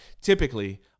typically